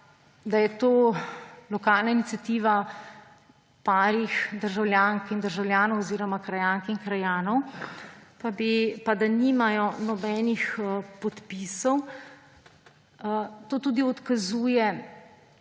da je to lokalna iniciativa nekaj državljank in državljanov oziroma krajank in krajanov, da nimajo nobenih podpisov. To tudi odkazuje,